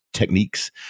Techniques